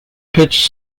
pitch